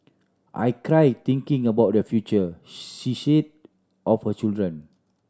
I cry thinking about their future she said of her children